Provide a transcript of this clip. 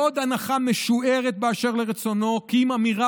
לא עוד הנחה משוערת באשר לרצונו כי אם אמירה